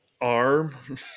Arm